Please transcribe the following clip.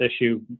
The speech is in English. issue